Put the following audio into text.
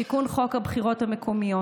תיקון חוק הבחירות המקומיות.